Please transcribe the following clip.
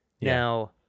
Now